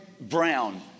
Brown